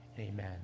amen